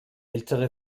ältere